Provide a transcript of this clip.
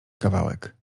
kawałek